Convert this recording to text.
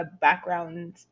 background